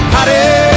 Hottie